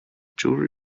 jewelry